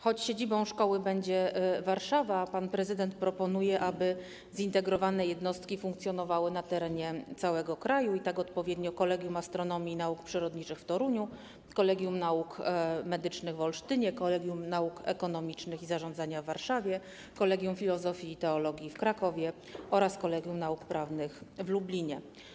Choć siedzibą szkoły będzie Warszawa, pan prezydent proponuje, aby zintegrowane jednostki funkcjonowały na terenie całego kraju, i tak odpowiednio: Kolegium Astronomii i Nauk Przyrodniczych w Toruniu, Kolegium Nauk Medycznych w Olsztynie, Kolegium Nauk Ekonomicznych i Zarządzania w Warszawie, Kolegium Filozofii i Teologii w Krakowie oraz Kolegium Nauk Prawnych w Lublinie.